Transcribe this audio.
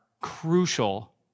crucial